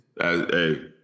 Hey